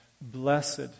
blessed